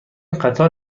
قطار